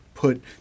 put